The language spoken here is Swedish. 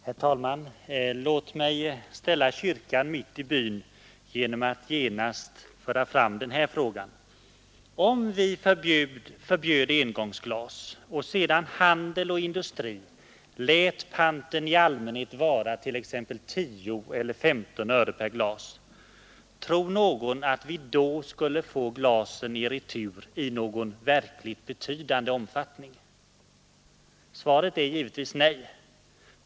Herr talman! Låt mig ställa kyrkan mitt i byn genom att genast ställa frågan: Om vi förbjöd engångsglas och sedan handel och industri lät panten i allmänhet vara t.ex. 10 eller 15 öre per glas, tror någon att vi då skulle få glasen i retur i någon verkligt betydande omfattning? Svaret är givetvis nej.